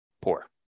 poor